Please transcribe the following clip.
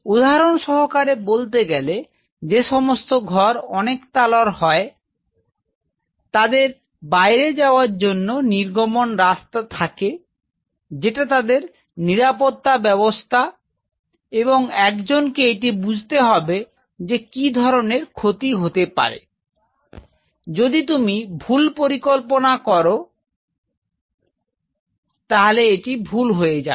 উদাহরণ সহকারে বলতে গেলে যে সমস্ত ঘর অনেক তলার হয় তাদের বাইরে যাওয়ার জন্য নির্গমন রাস্তা থাকে যেটা তাদের নিরাপত্তা ব্যবস্থা এবং একজনকে এটি বুঝতে হবে যে কী ধরনের ক্ষতি হতে পারে যদি ভুল পরিকল্পনা হয়ে যায়